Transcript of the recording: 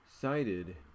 cited